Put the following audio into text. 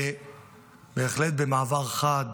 ובהחלט במעבר חד,